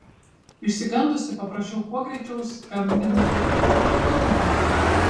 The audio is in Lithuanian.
išsigandusi paprašiau kuo greičiau skambinti gutmanui